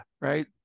right